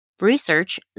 Research